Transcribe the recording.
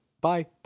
bye